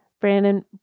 Brandon